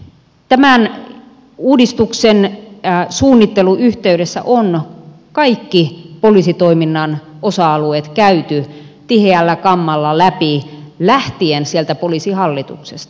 tämän uudistuksen suunnittelun yhteydessä on kaikki poliisitoiminnan osa alueet käyty tiheällä kammalla läpi lähtien sieltä poliisihallituksesta